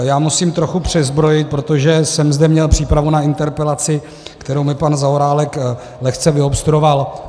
Já musím trochu přezbrojit, protože jsem zde měl přípravu na interpelaci, kterou mi pan Zaorálek lehce vyobstruoval.